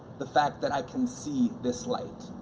the fact that i can see this light?